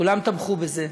כולם תמכו בזה,